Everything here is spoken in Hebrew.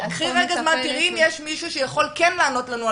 קחי את הזמן ותראי אם יש מישהו שכן יכול לענות לנו,